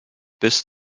bis